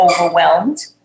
overwhelmed